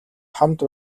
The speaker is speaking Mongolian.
хамт